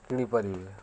କିଣିପାରିବେ